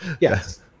Yes